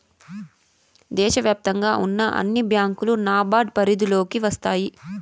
దేశ వ్యాప్తంగా ఉన్న అన్ని బ్యాంకులు నాబార్డ్ పరిధిలోకి వస్తాయి